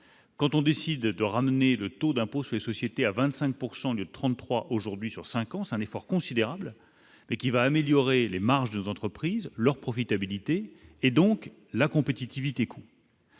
quand on décide de ramener le taux d'impôt sur les sociétés à 25 pourcent de de 33 aujourd'hui sur 5 ans, c'est un effort considérable, mais qui va améliorer les marges des entreprises leur profitabilité et donc la compétitivité coût.